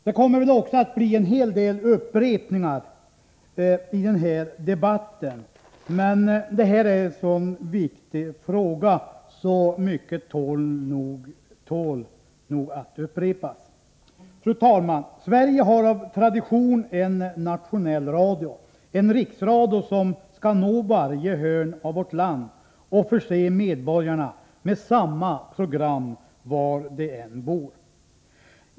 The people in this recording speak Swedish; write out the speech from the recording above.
Det kommer väl också att bli en hel del upprepningar i denna debatt, men det här är en så viktig fråga, och mycket tål nog att upprepas. Fru talman! Sverige har av tradition en nationell radio, en riksradio som skall nå varje hörn av vårt land och förse medborgarna med samma program var de än bor.